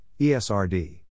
ESRD